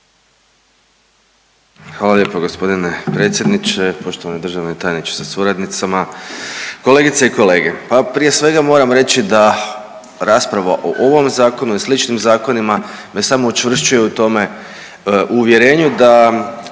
Hvala lijepo g. predsjedniče, poštovani državni tajniče sa suradnicama, kolegice i kolege. Pa prije svega, moram reći da rasprava o ovom Zakonu i sličnim zakonima me samo učvršćuje u tome, u uvjerenju da